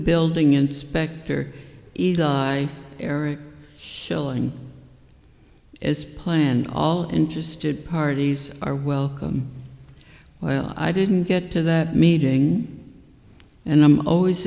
building inspector eagle eye eric schilling as planned all interested parties are welcome well i didn't get to that meeting and i'm always